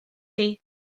chi